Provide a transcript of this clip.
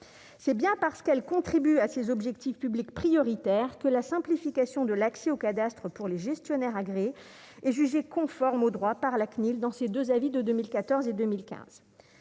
c'est bien parce qu'elle contribue à ces objectifs publics prioritaires que la simplification de l'accès au cadastre pour les gestionnaires agréé est jugée conforme au droit par la CNIL dans ces 2 avis de 2014 et 2015,